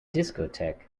discotheque